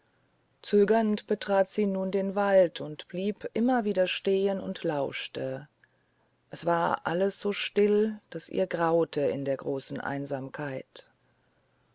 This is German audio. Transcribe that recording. zögernd betrat sie nun den wald und blieb immer wieder stehen und lauschte es war alles so still daß ihr graute in der großen einsamkeit